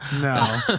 No